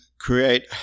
create